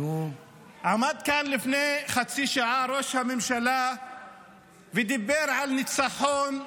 עמד כאן לפני חצי שעה ראש הממשלה ודיבר על ניצחון,